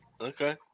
okay